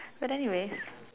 but anyways